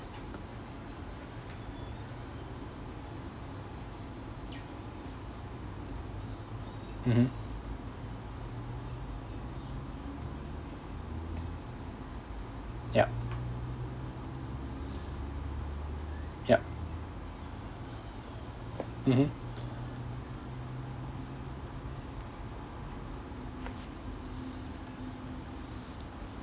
mmhmm yup yup mmhmm